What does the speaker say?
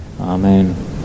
Amen